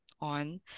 on